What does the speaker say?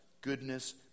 goodness